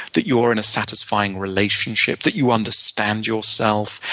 that you're in a satisfying relationship, that you understand yourself,